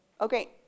Okay